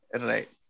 Right